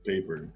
Paper